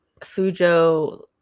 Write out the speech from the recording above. fujo